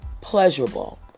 pleasurable